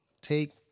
take